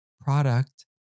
product